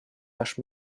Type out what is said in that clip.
наш